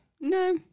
no